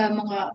mga